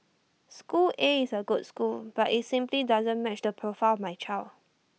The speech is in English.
school A is A good school but IT simply doesn't match the profile my child